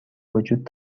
وجود